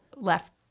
left